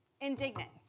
indignant